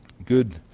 good